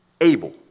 able